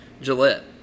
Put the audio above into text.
Gillette